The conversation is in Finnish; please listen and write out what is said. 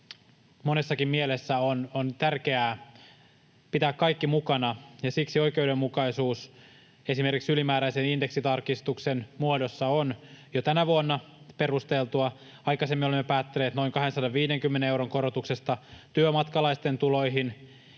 monessakin mielessä on tärkeää pitää kaikki mukana, ja siksi oikeudenmukaisuus, esimerkiksi ylimääräisen indeksitarkistuksen muodossa, on jo tänä vuonna perusteltua. Aikaisemmin olemme päättäneet noin 250 euron korotuksesta työmatkalaisten tuloihin.